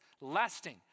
lasting